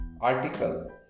article